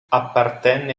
appartenne